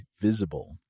Visible